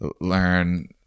learn